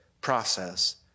process